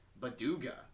baduga